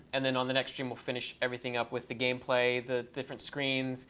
and then on the next stream we'll finish everything up with the gameplay, the different screens.